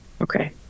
okay